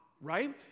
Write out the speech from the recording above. right